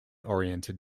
oriented